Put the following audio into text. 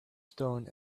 stone